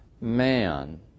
man